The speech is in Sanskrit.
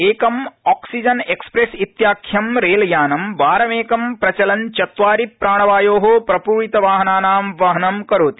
एकं ऑक्सीजन एक्सप्रस्त इत्याख्यं रच्चियनं वारमक्कीप्रचलन् चत्वारि प्राणवायो प्रपूरित वाहनानां वहनं करोति